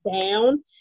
down